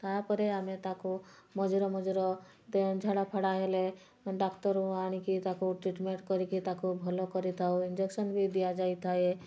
ତା'ପରେ ଆମେ ତାକୁ ମଝିରେ ମଝିରେ ଝାଡ଼ା ଫାଡ଼ା ହେଲେ ଡାକ୍ତର ଆଣି କି ତାକୁ ଟ୍ରିଟମେଣ୍ଟ୍ କରି କି ତାକୁ ଭଲ କରିଥାଉ ଇଞ୍ଜକ୍ସନ୍ ବି ଦିଆଯାଇଥାଏ